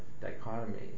dichotomy